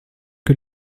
que